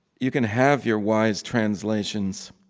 you can have your wise translations.